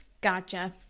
Gotcha